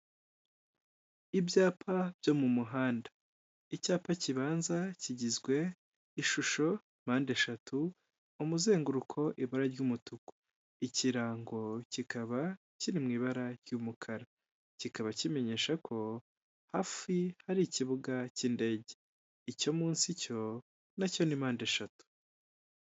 Ibyapa byo mu muhanda icyapa kibanza kigizwe ishusho mpande eshatu, umuzenguruko ibara ry'umutuku, ikirango kikaba kiri mu ibara ry'umukara, kikaba kimenyesha ko hafi hari ikibuga cy'indege, icyo munsi cyo nacyo n'impande eshatu.